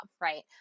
right